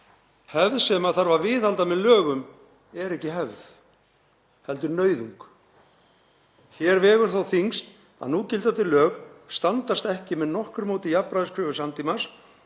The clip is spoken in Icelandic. Hefð sem þarf að viðhalda með lögum er ekki hefð — heldur nauðung. Hér vegur þó þyngst að núgildandi lög standast ekki með nokkru móti jafnræðiskröfur samtímans